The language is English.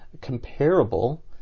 comparable